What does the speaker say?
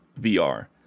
VR